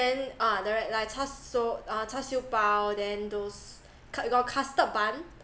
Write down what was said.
then uh the re~ like char so uh char siew bao then those cu~ got custard bun